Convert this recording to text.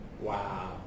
Wow